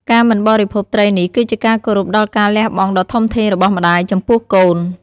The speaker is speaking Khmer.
ការមិនបរិភោគត្រីនេះគឺជាការគោរពដល់ការលះបង់ដ៏ធំធេងរបស់ម្តាយចំពោះកូន។